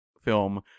film